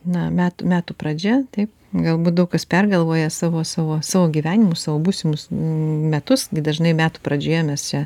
na metų metų pradžia taip galbūt daug kas pergalvoja savo savo savo gyvenimus savo būsimus metus gi dažnai metų pradžioje mes čia